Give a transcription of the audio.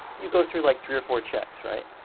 you go through like three or four checks, right?